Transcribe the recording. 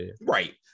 Right